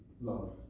Love